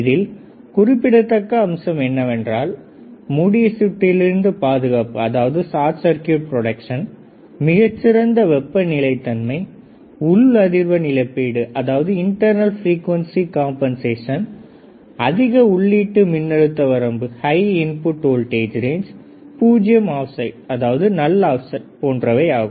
இதில் குறிப்பிடத்தக்க அம்சங்கள் என்னவென்றால் மூடிய சுற்றில் இருந்து பாதுகாப்பு மிகச்சிறந்த வெப்ப நிலைதன்மை உள் அதிர்வெண் இழப்பீடு அதிக உள்ளீட்டு மின்னழுத்த வரம்பு பூஜ்ஜியம் ஆப்செட் போன்றவையாகும்